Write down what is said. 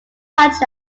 such